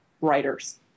writers